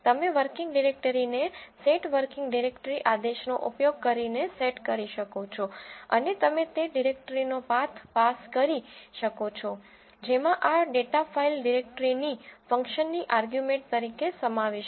તમે વર્કિંગ ડિરેક્ટરીને set working directory આદેશનો ઉપયોગ કરીને સેટ કરી શકો છો અને તમે તે ડિરેક્ટરીનો પાથ પાસ કરી શકો છો જેમાં આ ડેટા ફાઇલ ડિરેક્ટરી ફંક્શનની આર્ગ્યુમેન્ટ તરીકે સમાવેશ છે